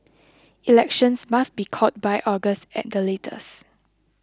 elections must be called by August at the latest